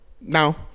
no